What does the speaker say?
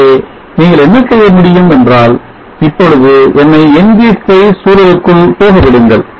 ஆகவே நீங்கள் என்ன செய்ய முடியும் என்றால் இப்பொழுது என்னை ng spice சூழலுக்குள் போக விடுங்கள்